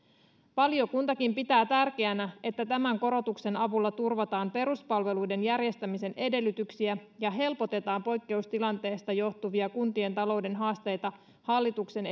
valiokuntakin pitää tärkeänä että tämän korotuksen avulla turvataan peruspalveluiden järjestämisen edellytyksiä ja helpotetaan poikkeustilanteesta johtuvia kuntien talouden haasteita hallituksen